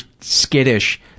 skittish